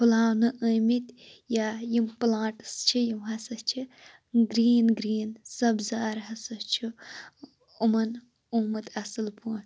کھُلاونہٕ آمٕتۍ یا یِم پُلانٛٹٕس چھِ یِم ہَسا چھِ گرٛیٖن گرٛیٖن سَبزار ہَسا چھُ یِمَن آومُت اَصٕل پٲٹھۍ